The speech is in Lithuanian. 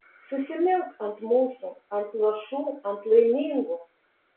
susimilk ant mūsų ant luošų ant laimingų